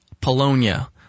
Polonia